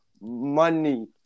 money